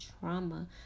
trauma